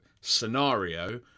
scenario